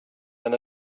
than